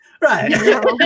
Right